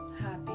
happy